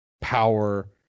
power